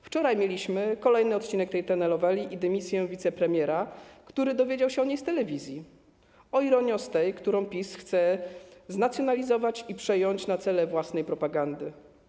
Wczoraj mieliśmy kolejny odcinek tej telenoweli i dymisję wicepremiera, który dowiedział się o niej z telewizji, o ironio, z tej, którą PiS chce znacjonalizować i przejąć na cele własnej propagandy.